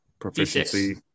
proficiency